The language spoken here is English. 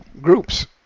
groups